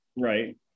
Right